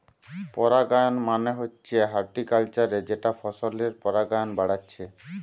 পরাগায়ন মানে হচ্ছে হর্টিকালচারে যেটা ফসলের পরাগায়ন বাড়াচ্ছে